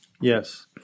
Yes